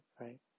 right